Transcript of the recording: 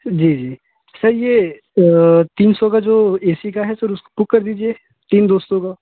जी जी सर यह तीन सौ का जो ए सी का है सर उसको बुक कर दीजिए तीन दोस्तों का